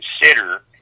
consider